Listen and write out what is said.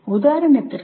உதாரணத்திற்கு